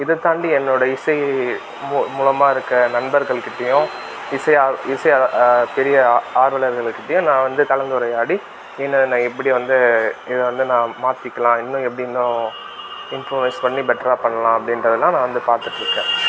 இதைத்தாண்டி என்னுடைய இசை மூ மூலமாக இருக்க நண்பர்கள் கிட்டையும் இசை ஆர் இசை பெரிய ஆ ஆர்வலர்கள்கிட்டையும் நான் வந்து கலந்துரையாடி என்னென்ன எப்படி வந்து இது வந்து நான் மாற்றிக்கிலாம் இன்னும் எப்படி இன்னும் இம்ப்ரூவைஸ் பண்ணி பெட்டரா பண்ணலாம் அப்படின்றதெல்லாம் நான் வந்து பார்த்துட்ருக்கேன்